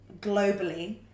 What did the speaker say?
globally